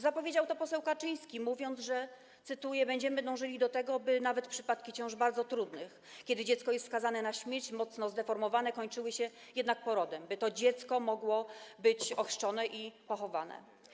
Zapowiedział to poseł Kaczyński, mówiąc, cytuję: Będziemy dążyli do tego, by nawet przypadki ciąż bardzo trudnych, kiedy dziecko jest skazane na śmierć, mocno zdeformowane, kończyły się jednak porodem, by to dziecko mogło być ochrzczone i pochowane.